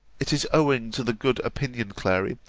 it is owing to the good opinion, clary,